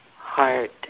heart